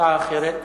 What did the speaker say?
הצעה אחרת.